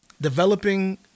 developing